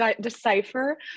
decipher